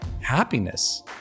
happiness